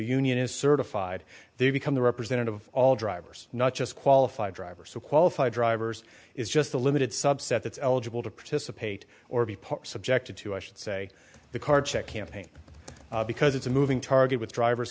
union is certified they become the representative of all drivers not just qualified drivers who qualify drivers is just a limited subset that's eligible to participate or be subjected to i should say the card check campaign because it's a moving target with driver